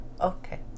Okay